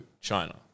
China